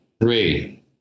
three